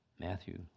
Matthew